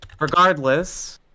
Regardless